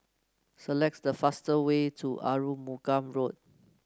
selects the fastest way to Arumugam Road